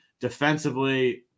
defensively